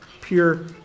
pure